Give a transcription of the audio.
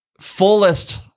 fullest